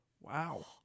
wow